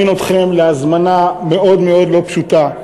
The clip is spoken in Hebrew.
אני רוצה להזמין אתכם הזמנה מאוד מאוד לא פשוטה: